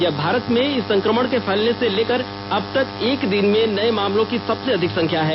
यह भारत में इस संक्रमण के फैलने से लेकर अब तक एक दिन में नये मामलों की सबसे अधिक संख्याण है